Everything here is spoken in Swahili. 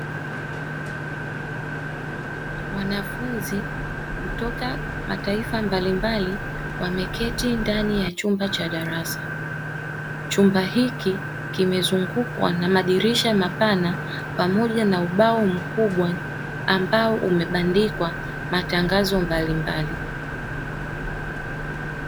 Wanafunzi kutoka mataifa mbalimbali, wameketi ndani ya chumba cha darasa, chumba hiki kimezungukwa na madirisha mapana pamoja na ubao mkubwa ambao umebandikwa matangazo mbalimbali.